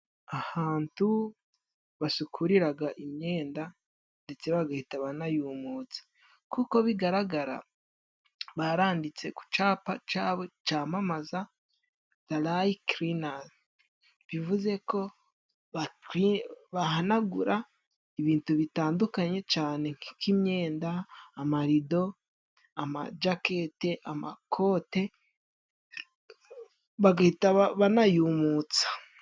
Ahantu basukurira imyenda ndetse bagahita banayumutsa, nk'uko bigaragara baranditse ku cyapa cyabo cyamamaza dalayikirina bivuzeko bahanagura ibintu bitandukanye cyane nk'imyenda, amarido ,amajakete ,amakote bagahita banayumutsa.